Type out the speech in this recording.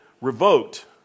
revoked